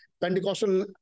Pentecostal